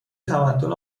تمدن